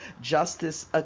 Justice